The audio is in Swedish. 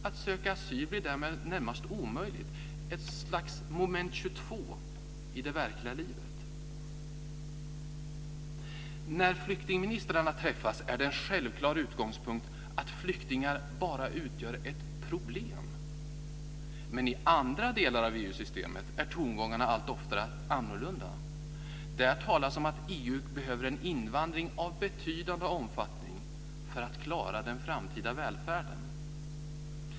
Att söka asyl blir därmed närmast omöjligt - ett slags moment 22 i det verkliga livet. När flyktingministrarna träffas är det en självklar utgångspunkt att flyktingar bara utgör ett problem. Men i andra delar av EU-systemet är tongångarna allt oftare annorlunda. Där talas det om att EU behöver en invandring av betydande omfattning för att klara den framtida välfärden.